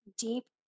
deep